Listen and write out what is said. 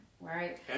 right